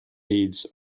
needs